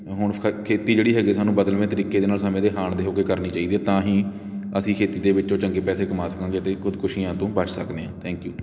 ਹੁਣ ਖੇਤੀ ਜਿਹੜੀ ਹੈਗੀ ਸਾਨੂੰ ਬਦਲਵੇਂ ਤਰੀਕੇ ਦੇ ਨਾਲ ਸਮੇਂ ਦੇ ਹਾਣ ਦੇ ਹੋ ਕੇ ਕਰਨੀ ਚਾਹੀਦੀ ਹੈ ਤਾਂ ਹੀ ਅਸੀਂ ਖੇਤੀ ਦੇ ਵਿੱਚੋਂ ਚੰਗੇ ਪੈਸੇ ਕਮਾ ਸਕਾਂਗੇ ਅਤੇ ਖੁਦਕੁਸ਼ੀਆਂ ਤੋਂ ਬਚ ਸਕਦੇ ਹਾਂ ਥੈਂਕ ਯੂ